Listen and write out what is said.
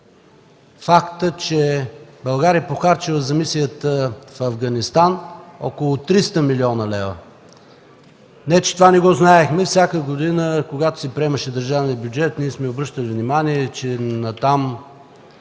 факта, че България е похарчила за мисията в Афганистан около 300 млн. лв. Не че това не го знаехме! Всяка година, когато се приемаше държавен бюджет, сме обръщали внимание, че натам